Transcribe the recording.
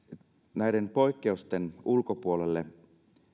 näiden poikkeusten ulkopuolelle